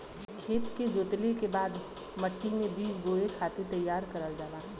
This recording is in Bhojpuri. खेत के जोतले के बाद मट्टी मे बीज बोए खातिर तईयार करल जाला